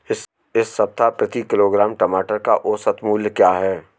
इस सप्ताह प्रति किलोग्राम टमाटर का औसत मूल्य क्या है?